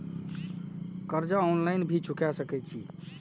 कर्जा ऑनलाइन भी चुका सके छी?